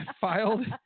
filed